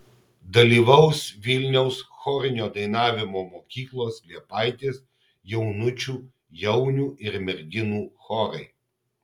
dalyvaus vilniaus chorinio dainavimo mokyklos liepaitės jaunučių jaunių ir merginų chorai